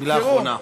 מילה אחרונה.